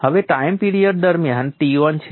હવે time period દરમિયાન Ton છે